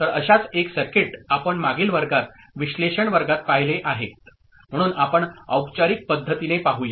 तर अशाच एक सर्किट आपण मागील वर्गात विश्लेषण वर्गात पाहिले आहेत परंतु आपण औपचारिक पद्धतीने पाहूया